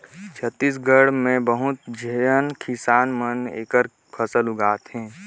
छत्तीसगढ़ के बहुत झेन किसान मन एखर फसल उगात हे